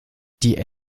die